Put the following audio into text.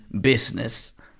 business